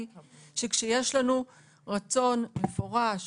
כשיש לנו רצון מפורש,